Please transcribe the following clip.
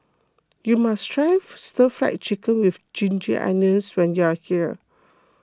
you must try Stir Fry Chicken with Ginger Onions when you are here